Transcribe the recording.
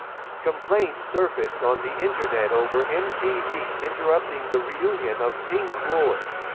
complaints surfaced on the internet over mtv interrupting the reunion of pink floyd.